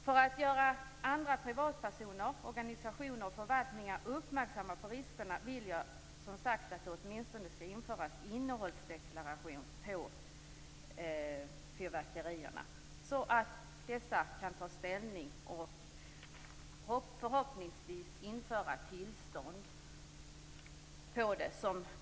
För att göra andra privatpersoner, organisationer och förvaltningar uppmärksamma på riskerna vill jag som sagt att det åtminstone skall införas en bestämmelse om innehållsdeklaration på fyrverkerierna, så att vi kan ta ställning. Vi borde införa ett system med tillståndsgivning.